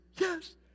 Yes